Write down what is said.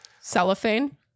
Cellophane